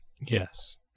Yes